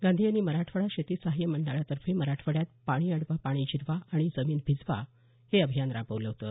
गांधी यांनी मराठवाडा शेती सहाय्य मंडळामार्फत मराठवाड्यात पाणी अडवा पाणी जिरवा आणि जमीन भिजवा हे अभियान राबवलं होतं